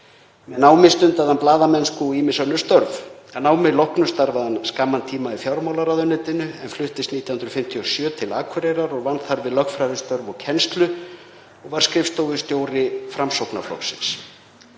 Með námi stundaði hann blaðamennsku og ýmis önnur störf. Að námi loknu starfaði hann skamman tíma í fjármálaráðuneytinu en fluttist 1957 til Akureyrar, vann þar við lögfræðistörf og kennslu og var skrifstofustjóri Framsóknarflokksins.